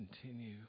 continue